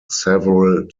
several